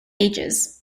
ages